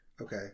Okay